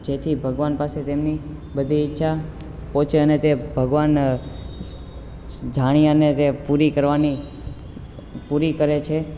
જેથી ભગવાન પાસે તેમની બધી ઈચ્છા પહોંચે અને તે ભગવાન જાણ્યાને તે પૂરી કરવાની પૂરી કરે છે